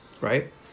right